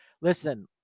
listen